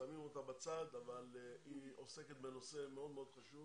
שמים אותה בצד אבל היא עוסקת בנושא מאוד מאוד חשוב